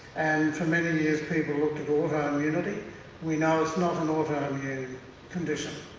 for many years people looked at autoimmunity we know it's not an autoimmune condition,